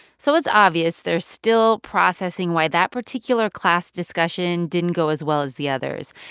so it's obvious they're still processing why that particular class discussion didn't go as well as the others.